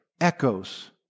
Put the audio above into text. echoes